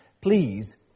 please